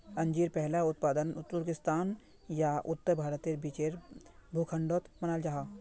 अंजीर पहला उत्पादन तुर्किस्तान या उत्तर भारतेर बीचेर भूखंडोक मानाल जाहा